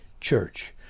church